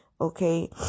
Okay